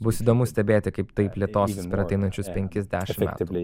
bus įdomu stebėti kaip tai plėtosis per ateinančius penkis dešimt metų